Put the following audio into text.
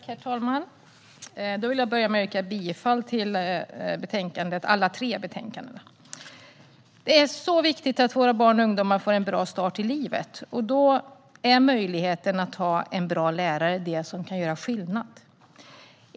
Herr talman! Jag vill börja med att yrka bifall till utskottets förslag i alla tre betänkanden. Det är viktigt att våra barn och ungdomar får en bra start i livet. Då är möjligheten att ha en bra lärare det som kan göra skillnad.